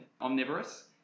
omnivorous